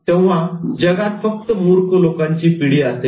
तेव्हा जगात फक्त मूर्ख लोकांची पिढी असेल